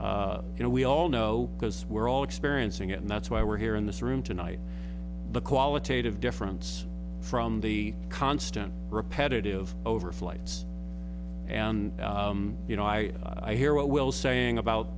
metrics you know we all know because we're all experiencing it and that's why we're here in this room tonight the qualitative difference from the constant repetitive overflights and you know i i hear what will saying about